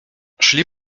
szli